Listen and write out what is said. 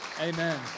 Amen